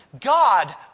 God